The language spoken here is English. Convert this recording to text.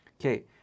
okay